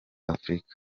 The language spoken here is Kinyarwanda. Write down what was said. afurika